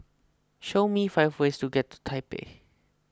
show me five ways to get to Taipei